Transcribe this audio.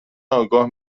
آگاه